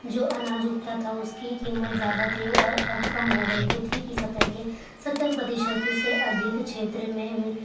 جو اناج اگتا تھا اس کی قیمت زیادہ تھی اور اب کم ہو گئی پرتھوی کی سطح کے ستر پرتیشت سے ادھک چھیتر میں